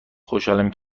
خوشحالم